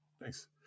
Thanks